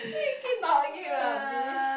we keep talking rubbish